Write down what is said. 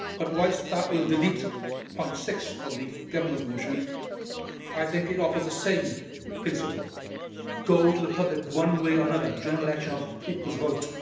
but whilst that will delete point six of the government's motion i think it offers the same principle go to the public one way or another a general election or people's vote.